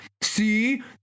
See